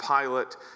Pilate